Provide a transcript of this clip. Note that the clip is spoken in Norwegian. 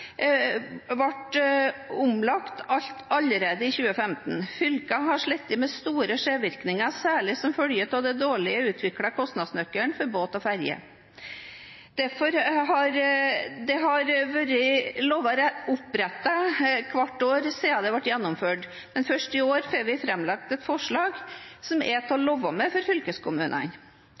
ble omlagt allerede i 2015. Fylkene har slitt med store skjevvirkninger, særlig som følge av de dårlig utviklede kostnadsnøklene for båt og ferje. Det har vært lovet opprettet hvert år siden det ble gjennomført, men først i år får vi framlagt et forslag som er til å leve med for fylkeskommunene.